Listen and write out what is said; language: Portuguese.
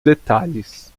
detalhes